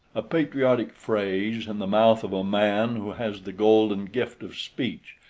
a patriotic phrase in the mouth of a man who has the golden gift of speech,